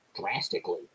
drastically